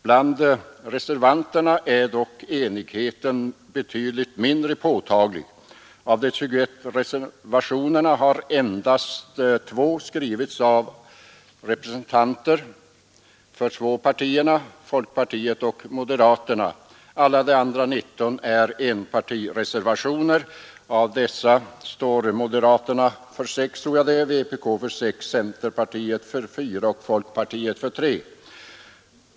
Bland reservanterna är dock enigheten betydligt mindre påtaglig. Av de 21 reservationerna har endast 2 skrivits av representanter för två partier, folkpartiet och moderata samlingspartiet. Alla de andra 19 är enpartireservationer. Av dessa står moderaterna för 6, vpk för 6, centerpartiet för 4 och folkpartiet för 3.